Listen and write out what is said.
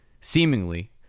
seemingly